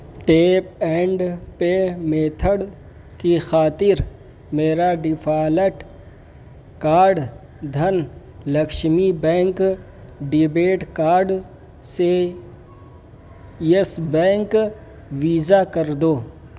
tape and pay method کی خاطر میرا default card Dhan Lakshmi bank debit card سے یس بینک ویزا کر دو